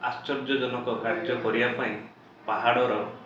ଆଶ୍ଚର୍ଯ୍ୟ ଜନକ କାର୍ଯ୍ୟ କରିବା ପାଇଁ ପାହାଡ଼ର